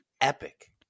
epic